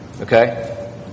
Okay